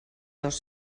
dos